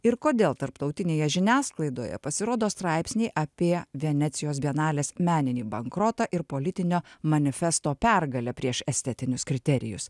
ir kodėl tarptautinėje žiniasklaidoje pasirodo straipsniai apie venecijos bienalės meninį bankrotą ir politinio manifesto pergalę prieš estetinius kriterijus